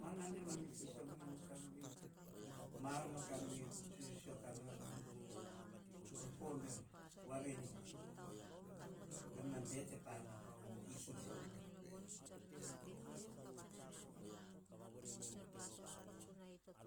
Va nan nemam isiso me noma o kan vui, ma ar noma o kan vui sisio ka nor amam, voa vene, baim a bete, pa ar nor kavo isiso nor.